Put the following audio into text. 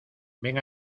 ven